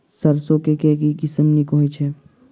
सैरसो केँ के किसिम नीक होइ छै?